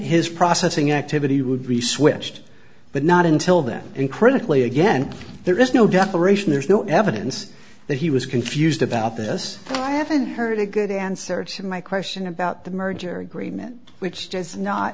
his processing activity would be switched but not until then in critically again there is no desperation there's no evidence that he was confused about this i haven't heard a good answer to my question about the merger agreement which just not